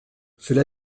cela